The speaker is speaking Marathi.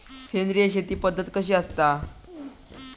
सेंद्रिय शेती पद्धत कशी असता?